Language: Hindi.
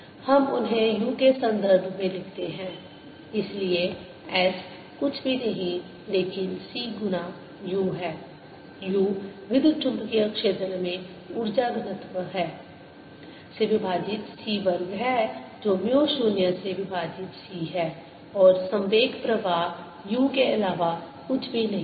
हम उन्हें u के संदर्भ में लिखते हैं इसलिए s कुछ भी नहीं लेकिन c गुना u है u विद्युत चुम्बकीय क्षेत्र में ऊर्जा घनत्व है से विभाजित c वर्ग है जो म्यू 0 से विभाजित c है और संवेग प्रवाह u के अलावा कुछ भी नहीं है